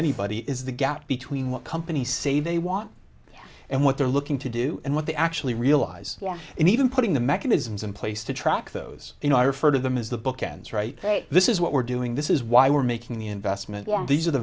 anybody is the gap between what companies say they want and what they're looking to do and what they actually realize yeah and even putting the mechanisms in place to track those you know i refer to them as the bookends right this is what we're doing this is why we're making the investment these are the